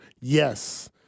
yes